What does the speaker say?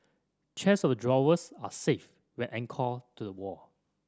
chests of drawers are safe when anchored to the wall